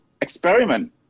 experiment